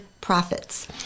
profits